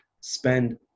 spend